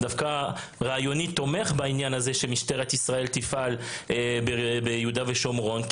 דווקא רעיונית תומך בעניין הזה שמשטרת ישראל תפעל ביהודה ושומרון,